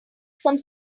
some